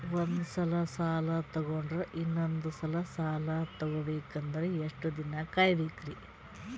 ಒಂದ್ಸಲ ಸಾಲ ತಗೊಂಡು ಇನ್ನೊಂದ್ ಸಲ ಸಾಲ ತಗೊಬೇಕಂದ್ರೆ ಎಷ್ಟ್ ದಿನ ಕಾಯ್ಬೇಕ್ರಿ?